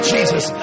Jesus